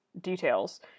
details